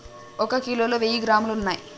ఒక కిలోలో వెయ్యి గ్రాములు ఉన్నయ్